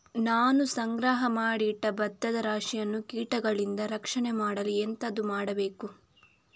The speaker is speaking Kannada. ನಾನು ಸಂಗ್ರಹ ಮಾಡಿ ಇಟ್ಟ ಭತ್ತದ ರಾಶಿಯನ್ನು ಕೀಟಗಳಿಂದ ರಕ್ಷಣೆ ಮಾಡಲು ಎಂತದು ಮಾಡಬೇಕು?